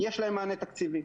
יש להם מענה תקציבי.